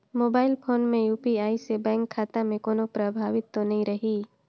Mobile phone मे UPI से bank खाता मे कोनो प्रभाव तो नइ रही?